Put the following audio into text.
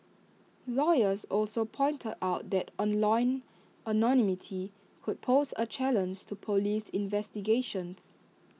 lawyers also pointed out that online anonymity could pose A challenge to Police investigations